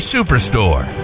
Superstore